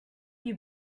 you